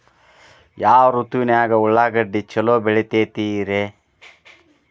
ಯಾವ ಋತುವಿನಾಗ ಉಳ್ಳಾಗಡ್ಡಿ ಛಲೋ ಬೆಳಿತೇತಿ ರೇ?